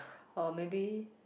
or maybe